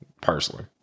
Personally